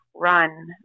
run